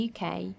UK